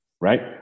right